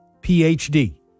Ph.D